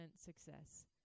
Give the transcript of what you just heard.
success